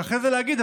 ואחרי זה להגיד,